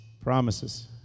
Promises